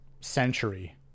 century